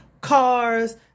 cars